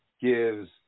gives